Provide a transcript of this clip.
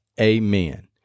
Amen